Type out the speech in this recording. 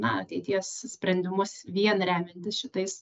na ateities sprendimus vien remiantis šitais